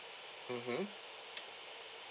mmhmm